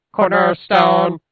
Cornerstone